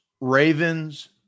Ravens